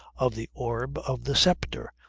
of the orb, of the sceptre,